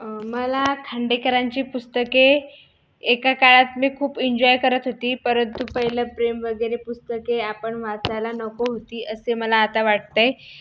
मला खांडेकरांची पुस्तके एका काळात मी खूप एन्जॉय करत होती परंतु पहिले प्रेम वगैरे पुस्तके आपण वाचायला नको होती असे मला आता वाटतंय